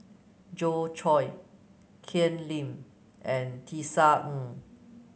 Joi Chua Ken Lim and Tisa Ng